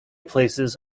places